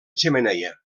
xemeneia